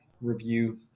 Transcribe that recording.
review